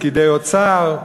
פקידי האוצר,